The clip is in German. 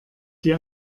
die